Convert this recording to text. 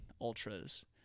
Ultras